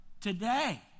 today